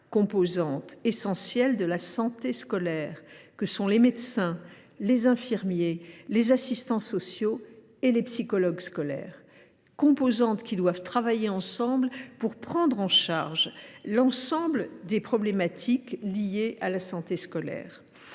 composantes essentielles de la santé scolaire que sont les médecins, les infirmiers, les assistants sociaux et les psychologues scolaires, lesquels doivent travailler ensemble pour prendre en charge l’ensemble des problématiques liées à la santé scolaire.